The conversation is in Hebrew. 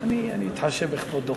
אנחנו החלטנו לתת לך פרס.